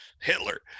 hitler